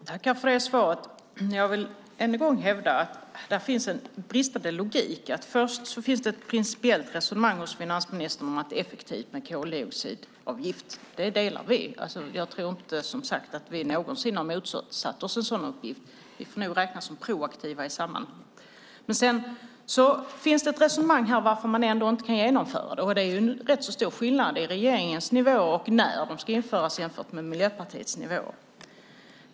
Herr talman! Jag tackar för det svaret. Jag vill än en gång hävda att det finns en bristande logik här. Först för finansministern ett principiellt resonemang om att det är effektivt med koldioxidavgift. Den synen delar vi. Jag tror som sagt inte att vi någonsin har motsatt oss en sådan uppgift. Vi får nog räknas som proaktiva i sammanhanget. Sedan för ministern ett resonemang om varför man ändå inte kan genomföra det. Det är rätt stor skillnad på regeringens nivå och när avgifterna ska genomföras jämfört med Miljöpartiets nivå.